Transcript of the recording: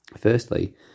Firstly